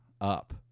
up